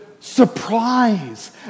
surprise